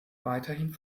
weiterhin